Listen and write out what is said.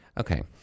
Okay